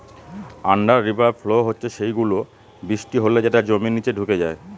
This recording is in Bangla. আন্ডার রিভার ফ্লো হচ্ছে সেই গুলো, বৃষ্টি হলে যেটা জমির নিচে ঢুকে যায়